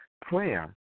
Prayer